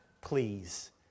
please